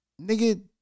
nigga